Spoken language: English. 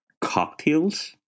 cocktails